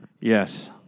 Yes